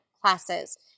classes